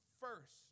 first